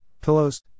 pillows